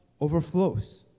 overflows